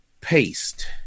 paste